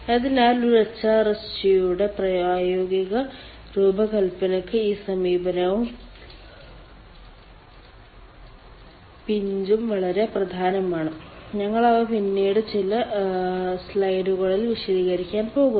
അതിനാൽ ഒരു എച്ച്ആർഎസ്ജിയുടെ പ്രായോഗിക രൂപകൽപ്പനയ്ക്ക് ഈ സമീപനവും പിഞ്ചും വളരെ പ്രധാനമാണ് ഞങ്ങൾ അവ പിന്നീട് ചില സ്ലൈഡുകളിൽ വിശദീകരിക്കാൻ പോകുന്നു